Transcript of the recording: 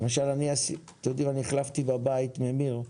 אתם יודעים, החלפתי בבית ממיר,